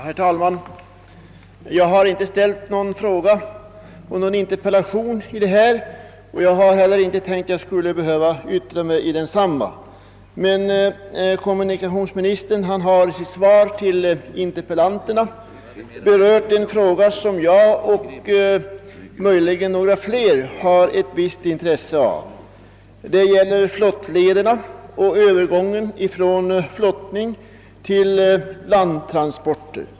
Ierr talman! Jag har inte ställt någon fråga eller någon interpellation på denna punkt, och jag hade inte tänkt att jag skulle behöva yttra mig i debatten. Emellertid har kommunikationsministern i sitt svar till interpellanterna berört en fråga som jag och möjligen några fler har ett visst intresse av. Det gäller flottlederna och övergången från flottning till landtransporter.